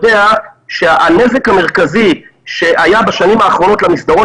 יודע שהנזק המרכזי שהיה בשנים האחרונות למסדרון